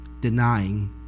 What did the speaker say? denying